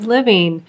Living